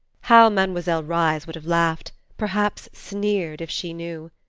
how mademoiselle reisz would have laughed, perhaps sneered, if she knew!